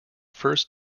first